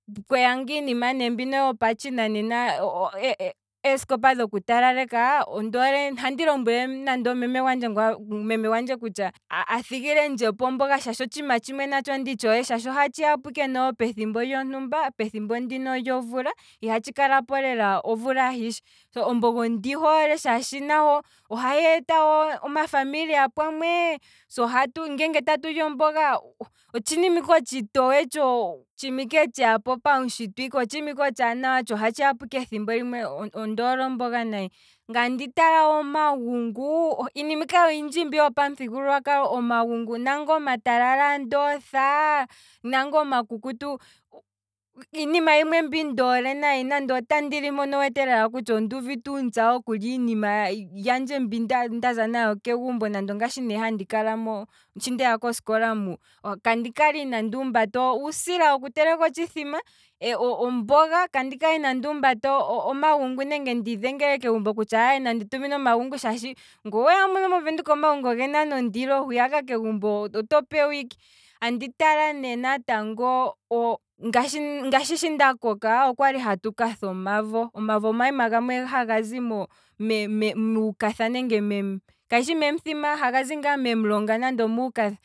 Kweya ngiinima mbino yopatshi nanena, eesikopa dhoku talaleka. ondoole. ohandi lombwele meme gwandje kutya, a thigilendje po omboga, shaashi otshiima tshimwe ndi tshoole, ohatshi yapo ike noho pethimbo lyontumba, pethimbo ndino lyomvula, iha tshi kalapo lela omvula ahishe, omboga ondi hoole shaashi oha hi eta omafamilia pamwe, se ohatu ngeenge tatu li omboga, otshinima ike otshi towe tsho otshiima tsheya po pautshitwe ike, otshima otshaanawa, tsho ohatshi yapo ike ethimbo limwe, ondoole omboga nayi, ngaye andi tala wo omagungu, iinima ike oyindji mbi yopamuthigululwakalo, omagungu, iinima ike oyindji mbi yopamuthigululwakalo, omagungu naanga omatalala andi otha, naanga omakukutu, iinima yimwe mbi ndoole nayi, nande andili mpono owu wete lela kutya onduuvite uuntsa okulya iinima yandje mbi ndaa nayo kegumbo, nande ngaashi ne handi kalamo shi ndeya kosikola mu, kandi kala inandi umbata uusila woku teleka otshithima, omboga, kandi kala inandi umbata omagungu nenge ndi dhengele kegumbo kutya nandi tuminwe omagungu shaashi, nge oweya muno movenduka omagungu ogena nondilo, hwiyaka kegumbo oto pewa ike, andi tala ne natango, ngaashi shinda koka, okwali hatu katha omavo, omavo omayima gamwe haga zi mo- me- me- muukatha, kayishe mem'thima, hagazi memulonga nenge muukatha